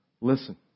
Listen